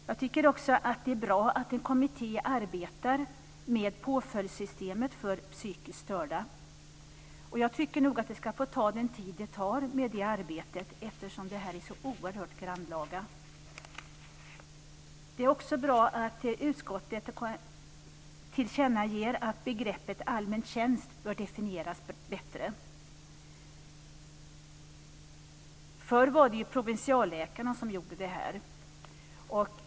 Jag tycker också att det är bra att en kommitté arbetar med påföljdssystemet för psykiskt störda, och jag tycker att det arbetet bör få ta den tid som det tar, eftersom det gäller så oerhört grannlaga frågor. Det är också bra att utskottet tillkännager att begreppet "allmän tjänst" bör definieras bättre. Det var förr provinsialläkarna som utförde de aktuella uppgifterna.